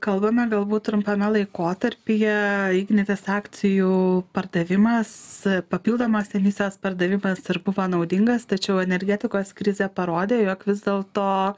kalbame galbūt trumpame laikotarpyje ignitis akcijų pardavimas papildomas ten visas pardavimas ir buvo naudingas tačiau energetikos krizė parodė jog vis dėlto